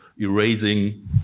erasing